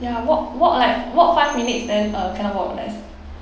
ya walk walk like walk five minutes then uh cannot walk